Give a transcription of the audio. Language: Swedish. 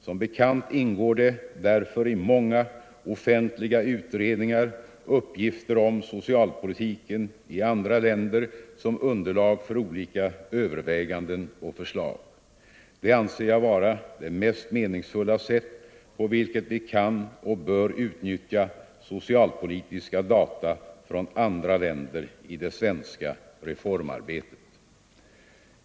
Som bekant ingår det därför i många offentliga utredningar uppgifter om socialpolitiken i andra länder som underlag för olika överväganden och förslag. Det anser jag vara det mest meningsfulla sätt på vilket vi kan och bör utnyttja socialpolitiska data från andra länder i det svenska reformarbetet.